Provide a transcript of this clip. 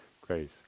grace